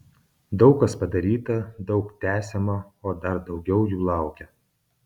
daug kas padaryta daug tęsiama o dar daugiau jų laukia